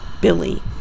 Billy